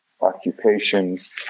occupations